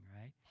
right